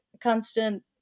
constant